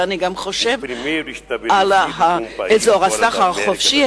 ואני גם חושב על אזור הסחר החופשי,